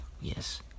Yes